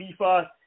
FIFA